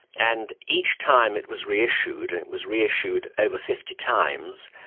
and each time it was reissued, and it was reissued over fifty times,